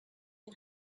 and